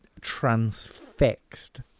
transfixed